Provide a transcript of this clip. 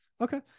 Okay